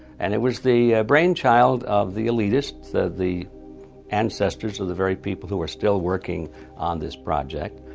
and it was the brainchild of the elitists, the the ancestors of the very people who are still working on this project.